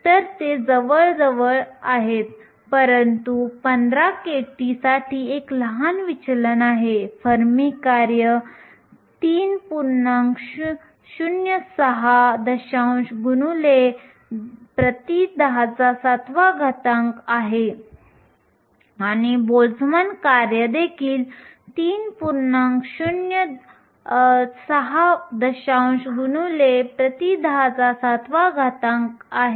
तर वाहकता गतिशीलतेच्या बेरीजवर किंवा इलेक्ट्रॉन आणि संपूर्ण आंतरिक अर्धवाहकाच्या बाबतीत संपूर्णपणे अवलंबून असते